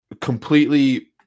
Completely